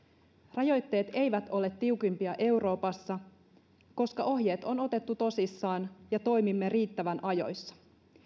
rajoitteet eivät ole tiukimpia euroopassa koska ohjeet on otettu tosissaan ja toimimme riittävän ajoissa